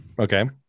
Okay